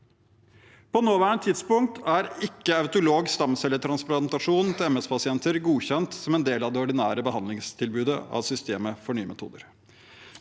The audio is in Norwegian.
På nåværende tidspunkt er ikke autolog stamcelletransplantasjon til MS-pasienter godkjent som en del av det ordinære behandlingstilbudet i systemet for nye metoder.